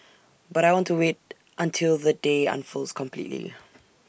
but I want to wait until the day unfolds completely